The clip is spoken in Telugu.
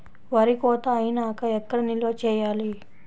వరి కోత అయినాక ఎక్కడ నిల్వ చేయాలి?